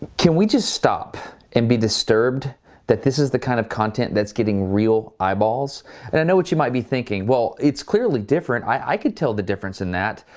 can we just stop and be disturbed that this is the kind of content that's getting real eyeballs? and i know what you might be thinking, well it's clearly different. i could tell the difference in that.